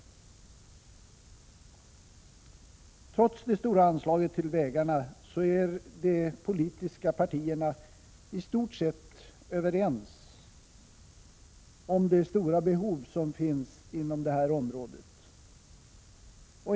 Trots det stora anslaget till vägarna är de politiska partierna i stort sett överens om de stora behov som finns inom detta område.